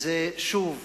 שוב,